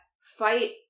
fight